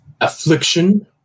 Affliction